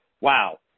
wow